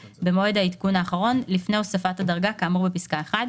לתקופה שממועד הוספת הדרגה עד לתום התקופה שבה ניתנה הדרגה המקורית.